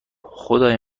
خدای